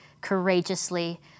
courageously